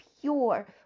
pure